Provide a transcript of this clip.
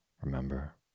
Remember